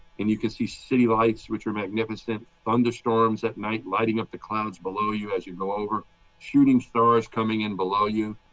and you can see city lights, which are magnificent thunderstorms at night, lighting up the clouds below you as you go over shooting stars coming in below you.